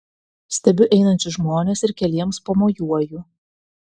stebiu einančius žmones ir keliems pamojuoju